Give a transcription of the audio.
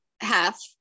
half